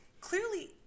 clearly